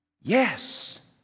Yes